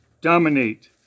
dominate